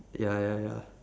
ya ya ya